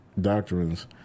doctrines